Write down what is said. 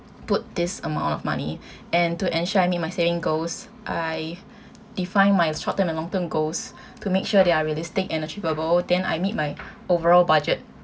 put this amount of money and to ensure I meet my saving goals I define my short term and long term goals to make sure they are realistic and achievable then I meet my overall budget